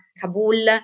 Kabul